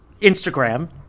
Instagram